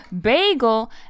Bagel